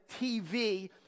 TV